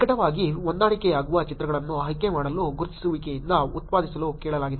ನಿಕಟವಾಗಿ ಹೊಂದಿಕೆಯಾಗುವ ಚಿತ್ರಗಳನ್ನು ಆಯ್ಕೆ ಮಾಡಲು ಗುರುತಿಸುವಿಕೆಯಿಂದ ಉತ್ಪಾದಿಸಲು ಕೇಳಲಾಗಿದೆ